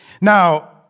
Now